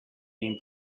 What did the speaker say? been